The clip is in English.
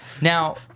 Now